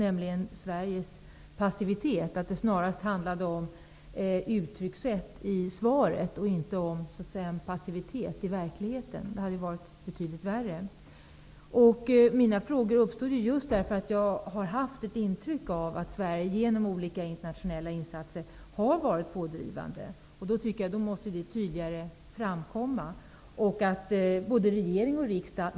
En av dem är att Sveriges passivitet snarast handlade om ett uttryckssätt i svaret och inte om en passivitet i verkligheten, vilket hade varit betydligt värre. Mina frågor uppstod just med anledning av att jag har fått intrycket att Sverige genom olika internationella insatser har varit pådrivande. Detta måste framkomma tydligare.